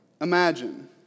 Imagine